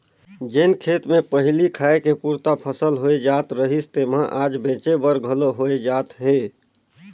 जेन खेत मे पहिली खाए के पुरता फसल होए जात रहिस तेम्हा आज बेंचे बर घलो होए जात हे